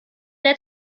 der